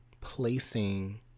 placing